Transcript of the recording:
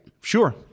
Sure